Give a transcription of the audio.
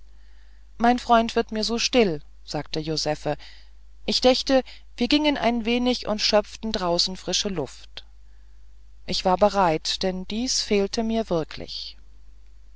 mein freund wird mir so still sagte josephe ich dächte wir gingen ein wenig und schöpften draußen frische luft ich war bereit denn dies fehlte mir wirklich